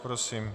Prosím.